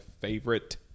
favorite